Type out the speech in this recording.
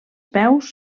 peus